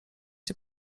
cię